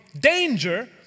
danger